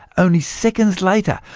only seconds later,